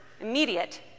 immediate